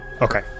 Okay